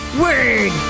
Word